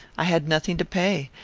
i had nothing to pay,